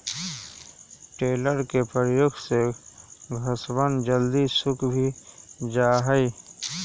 tedder के प्रयोग से घसवन जल्दी सूख भी जाहई